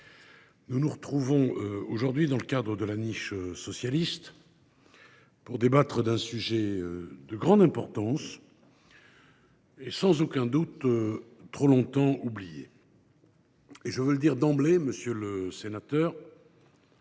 nous nous retrouvons aujourd’hui dans le cadre de la niche socialiste pour débattre d’un sujet de grande importance et sans aucun doute trop longtemps oublié. Je veux le dire d’emblée, monsieur le sénateur